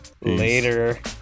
Later